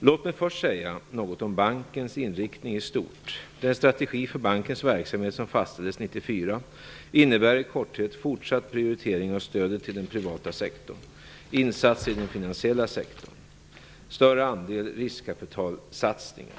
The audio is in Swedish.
Låt mig först säga något om bankens inriktning i stort. Den strategi för bankens verksamhet som fastställdes 1994 innebär i korthet fortsatt prioritering av stödet till den privata sektorn, större andel riskkapitalsatsningar och ökade insatser i den finansiella sektorn.